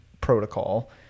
protocol